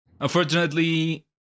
Unfortunately